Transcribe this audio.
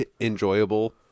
enjoyable